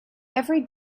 every